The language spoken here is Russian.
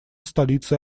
столицей